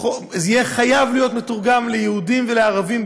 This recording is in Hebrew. יהיה חייב להיות מתורגם ליהודים ולערבים,